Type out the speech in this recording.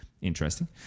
Interesting